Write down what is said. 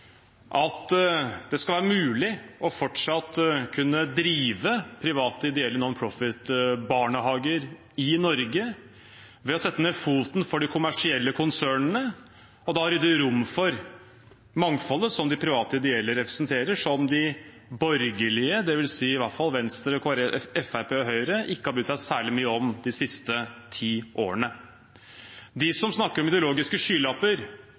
det fortsatt skal være mulig å kunne drive private ideelle nonprofitbarnehager i Norge ved å sette ned foten for de kommersielle konsernene og da rydde rom for mangfoldet som de private ideelle representerer, som de borgerlige, det vil si i hvert fall Venstre, Fremskrittspartiet og Høyre, ikke har brydd seg særlig mye om de siste ti årene. De som snakker om ideologiske skylapper,